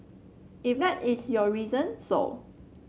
if that is your reason so